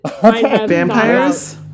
vampires